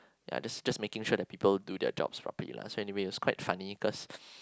ya just just making sure that people do their jobs properly lah so anyway it was quite funny cause